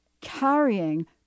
carrying